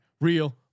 real